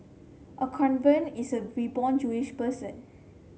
a convert is a reborn Jewish person